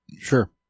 Sure